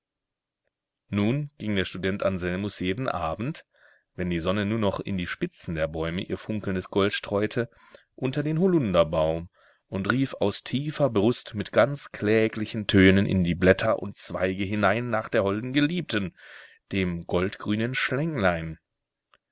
nun ging der student anselmus jeden abend wenn die sonne nur noch in die spitzen der bäume ihr funkelndes gold streute unter den holunderbaum und rief aus tiefer brust mit ganz kläglichen tönen in die blätter und zweige hinein nach der holden geliebten dem goldgrünen schlänglein